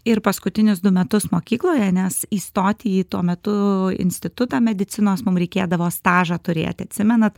ir paskutinius du metus mokykloje nes įstoti į tuo metu institutą medicinos mum reikėdavo stažą turėti atsimenat